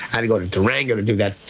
had to go to durango to do that.